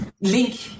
link